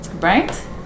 right